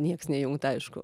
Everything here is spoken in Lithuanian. nieks nejungta aišku